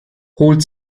holt